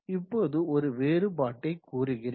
இப்போது ஒரு வேறுபாடாடை கூறுகிறேன்